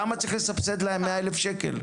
למה צריך לסבסד להם 100,000 שקל?